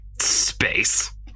Space